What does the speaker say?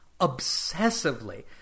obsessively